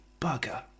bugger